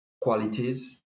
qualities